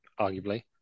Arguably